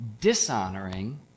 dishonoring